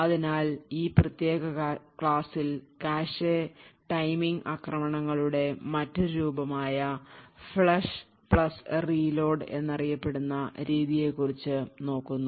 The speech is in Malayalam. അതിനാൽ ഈ പ്രത്യേക ക്ലാസിൽ കാഷെ ടൈമിംഗ് ആക്രമണങ്ങളുടെ മറ്റൊരു രൂപമായ ഫ്ലഷ് റീലോഡ്FlushReload എന്നറിയപ്പെടുന്ന രീതിയെ കുറിച്ചു നോക്കുന്നു